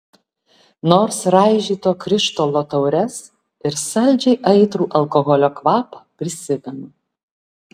nors raižyto krištolo taures ir saldžiai aitrų alkoholio kvapą prisimenu